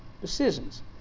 decisions